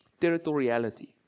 territoriality